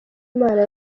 imana